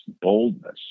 boldness